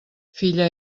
filla